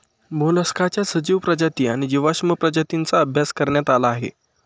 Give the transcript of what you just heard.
मोलस्काच्या सजीव प्रजाती आणि जीवाश्म प्रजातींचा अभ्यास करण्यात आला आहे